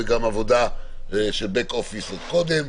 וגם עבודה של בק אופיס עוד קודם.